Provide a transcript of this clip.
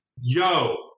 yo